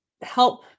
help